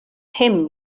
him